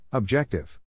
Objective